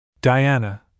Diana